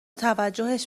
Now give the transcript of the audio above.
توجهش